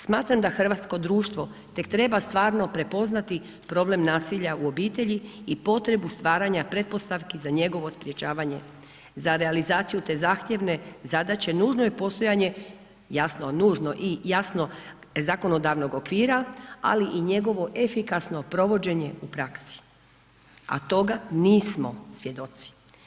Smatram da hrvatsko društvo tek treba stvarno prepoznati problem nasilja u obitelji i potrebu stvaranja pretpostavki za njegovo sprječavanje, za realizaciju te zahtjevne zadaće nužno je postojanje, jasno nužno i jasno zakonodavnog okvira, ali i njegovo efikasno provođenje u praksi, a toga nismo svjedoci.